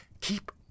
Keep